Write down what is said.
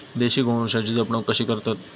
देशी गोवंशाची जपणूक कशी करतत?